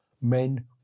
men